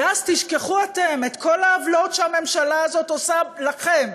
ואז תשכחו אתם את כל העוולות שהממשלה הזאת עושה לכם,